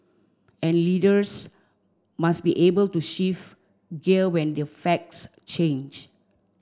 and leaders must be able to shift gear when the facts change